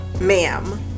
ma'am